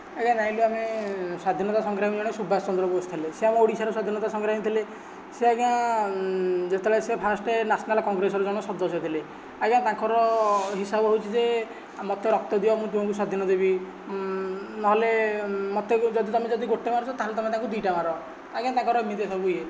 ଆଜ୍ଞା ଯାଇଁଲୁ ଆମେ ସ୍ୱାଧୀନତା ସଂଗ୍ରାମୀ ଜଣେ ସୁବାଷ ଚନ୍ଦ୍ର ବୋଷ ଥିଲେ ସେ ଆମ ଓଡ଼ିଶାର ସ୍ୱାଧୀନତା ସଂଗ୍ରାମୀ ଥିଲେ ସେ ଆଜ୍ଞା ଯେତେବେଳେ ସେ ଫାର୍ଷ୍ଟ ନ୍ୟାସନାଲ୍ କଂଗ୍ରେସ ଜଣେ ସଦସ୍ୟ ଥିଲେ ଆଜ୍ଞା ତାଙ୍କର ହିସାବ ହେଉଛି ଯେ ମୋତେ ରକ୍ତ ଦିଅ ମୁଁ ତୁମକୁ ସ୍ୱାଧୀନ ଦେବି ନହେଲେ ମୋତେ ଯଦି ତୁମେ ଗୋଟେ ମାରୁଛ ତା'ହେଲେ ତୁମେ ତାକୁ ଦୁଇଟା ମାର ଆଜ୍ଞା ତାଙ୍କର ଏମିତି ସବୁ ଇଏ